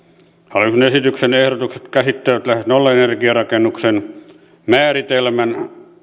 hallituksen esityksen ehdotukset käsittävät lähes nollaenergiarakennuksen määritelmän